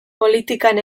politikan